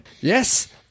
yes